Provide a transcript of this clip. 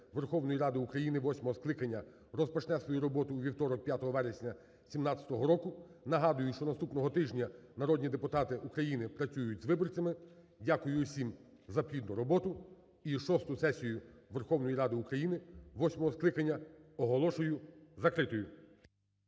Верховної Ради України восьмого скликання розпочне свою роботу у вівторок 5 вересня 2017 року. Нагадую, що наступного тижня народні депутати України працюють з виборцями. Дякую усім за плідну роботу. І шосту сесію Верховної Ради України восьмого скликання оголошую закритою.